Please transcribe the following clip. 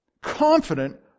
confident